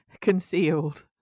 concealed